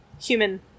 human